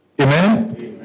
Amen